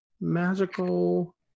magical